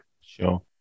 sure